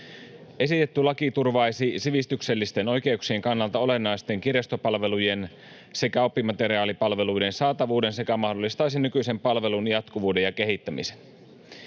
Esitetty laki turvaisi sivistyksellisten oikeuksien kannalta olennaisten kirjastopalvelujen sekä oppimateriaalipalveluiden saatavuuden sekä mahdollistaisi nykyisen palvelun jatkuvuuden ja kehittämisen.